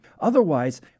Otherwise